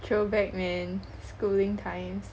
throwback man schooling times